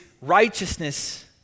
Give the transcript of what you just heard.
righteousness